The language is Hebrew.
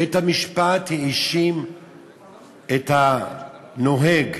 בית-המשפט האשים את הנוהג,